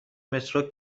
مترو